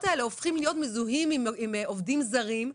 האלה הופכים להיות מזוהים עם עובדים זרים,